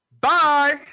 Bye